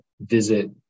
visit